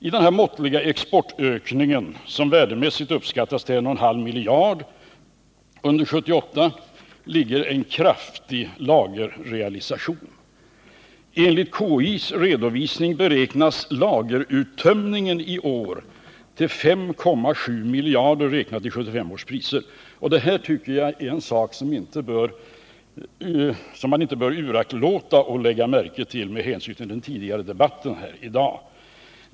I den här måttliga exportökningen — som värdemässigt uppskattas till en och en halv miljard under 1978 — ligger en kraftig lagerrealisation. Enligt KI:s redovisning beräknas lageruttömningen i år till 5,7 miljarder, räknat i 1975 års priser. Det är en sak som man inte bör uraktlåta att lägga märke till med hänsyn till den tidigare debatten här i dag.